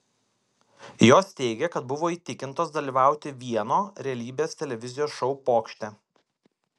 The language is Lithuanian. jos teigė kad buvo įtikintos dalyvauti vieno realybės televizijos šou pokšte